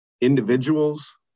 individuals